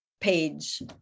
page